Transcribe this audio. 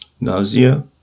nausea